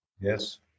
Yes